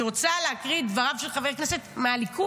אני רוצה להקריא את דבריו של חבר כנסת מהליכוד,